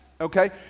okay